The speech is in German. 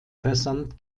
versand